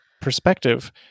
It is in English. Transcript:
perspective